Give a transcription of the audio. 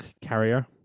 carrier